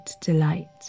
delight